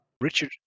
Richard